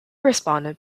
responded